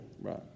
Right